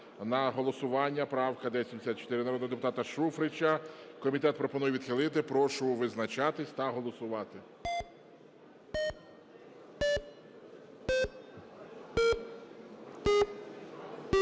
на голосування правка 1074 народного депутата Шуфрича. Комітет пропонує відхилити. Прошу визначатись та голосувати.